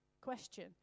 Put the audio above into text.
question